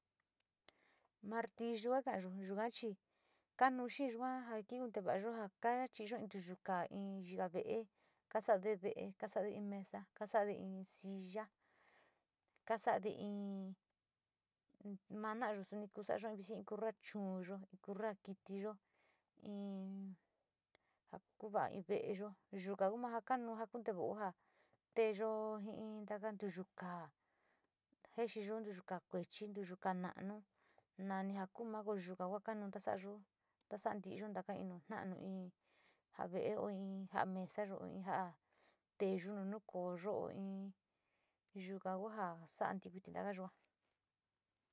Martillu kakayo yua chi kanuu xee yua ja kiun te va´ayo ja kachiyo in ntuyukáá, in yika uela, kasade ve´e, kasade in mesa, kasade in silla, kasade in ma na´ayo soni ku sa´ayo in kona chu´uyo, in korra kitiyo, in jo ku va´a ve´eyo, yuka ku ma jo kaianu ja kunte vao ja teeyo jii in takes ntyuka kaa jexiyo ntuyu kaa na´anu, ntuyu kaa kuechi, nani ku ma ko yuka ku ja ntasoruyo na sala ntyo taka in nu na´anu ja ve´eo, in ja´a mesayo in ja´a teeyo nu nunkooyo, in yuka ku ja sa´a ntivi taka yua.